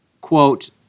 quote